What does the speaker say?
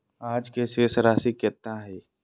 आज के शेष राशि केतना हइ?